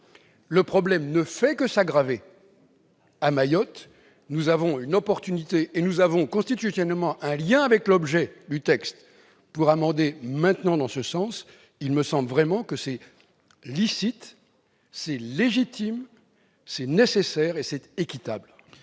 Le problème ne fait que s'aggraver à Mayotte. Nous avons une opportunité et nous avons, constitutionnellement un lien avec l'objet du texte, pour amender maintenant dans ce sens. C'est licite, légitime, nécessaire et équitable